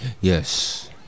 Yes